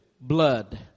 blood